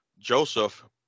joseph